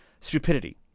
stupidity